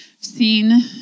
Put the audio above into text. seen